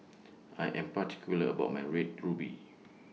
I Am particular about My Red Ruby